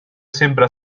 sempre